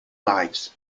lives